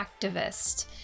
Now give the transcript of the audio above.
activist